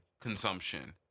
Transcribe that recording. consumption